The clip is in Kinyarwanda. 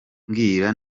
mbwira